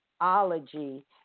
ology